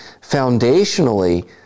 foundationally